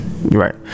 Right